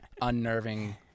unnerving